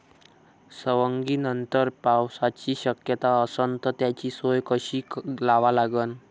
सवंगनीनंतर पावसाची शक्यता असन त त्याची सोय कशी लावा लागन?